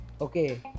okay